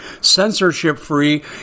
censorship-free